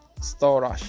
Storage